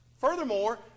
Furthermore